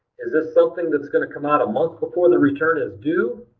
is this something that's going to come out a month before and the return is due,